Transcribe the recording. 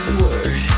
word